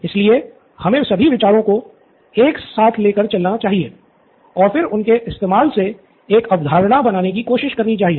इसलिए हमे सभी विचारों को एक साथ ले कर चलना चाहिए और फिर उनके इस्तेमाल से एक अवधारणा बनाने की कोशिश करनी चाहिए